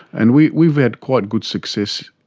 and we've we've had quite good success,